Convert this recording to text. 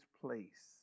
place